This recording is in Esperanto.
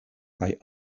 kaj